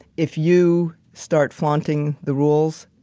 if you start flaunting the rules,